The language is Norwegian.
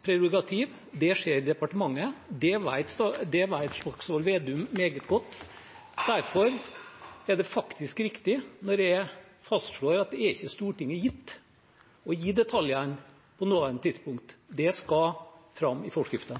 Det skjer i departementet. Det vet Slagsvold Vedum meget godt. Derfor er det faktisk riktig når jeg fastslår at det ikke er Stortinget gitt å gi detaljene på det nåværende tidspunkt, det skal fram i forskriften.